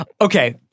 okay